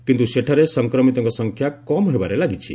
କିନ୍ତୁ ସେଠାରେ ସଂକ୍ରମିତଙ୍କ ସଂଖ୍ୟା କମ୍ ହେବାରେ ଲାଗିଛି